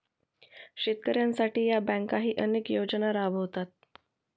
शेतकऱ्यांसाठी या बँकाही अनेक योजना राबवतात